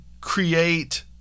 create